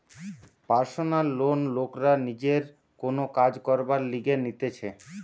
personal loan লোকরা নিজের কোন কাজ করবার লিগে নিতেছে